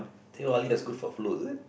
teh-halia is good for flu is it